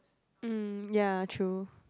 um ya true